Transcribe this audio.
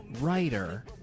writer